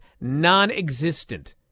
non-existent